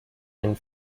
and